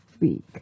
week